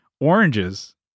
oranges